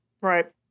Right